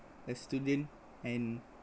a student and